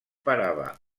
parava